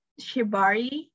Shibari